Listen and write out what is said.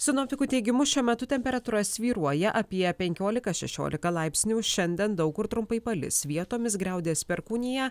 sinoptikų teigimu šiuo metu temperatūra svyruoja apie penkiolika šešiolika laipsnių šiandien daug kur trumpai palis vietomis griaudės perkūnija